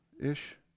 Ish